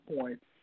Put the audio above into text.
point